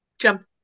jump